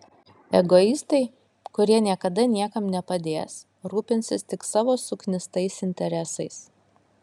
egoistai kurie niekada niekam nepadės rūpinsis tik savo suknistais interesais